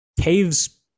Caves